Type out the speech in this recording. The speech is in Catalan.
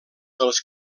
dels